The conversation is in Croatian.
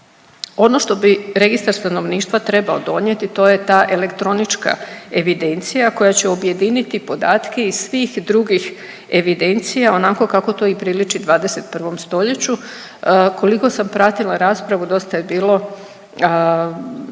Ono što bi Registar stanovništva trebao donijeti to je ta elektronička evidencija koja će objediniti podatke iz svih drugih evidencija onako kako to i priliči 21. stoljeću. Koliko sam pratila raspravu, dosta je bilo